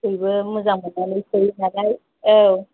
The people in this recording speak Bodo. बयबो मोजां मोननानै सोयोनालाय औ